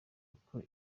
uko